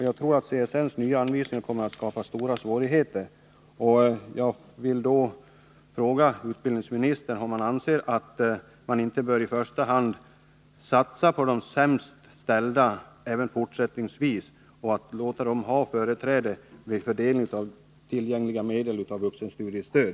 Jag tror att CSN:s nya anvisningar kommer att skapa stora svårigheter, och jag vill fråga utbildningsministern om han inte anser att man i första hand bör satsa på de sämst ställda även fortsättningsvis och låta dem få företräde vid fördelningen av tillgängliga medel för vuxenstudiestöd.